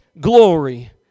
glory